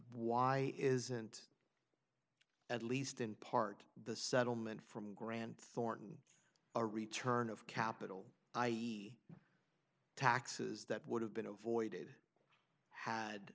why isn't at least in part the settlement from grand thorton a return of capital i e taxes that would have been avoided had